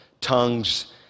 tongues